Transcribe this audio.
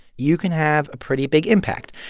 you can have a pretty big impact.